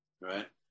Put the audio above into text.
Right